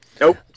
nope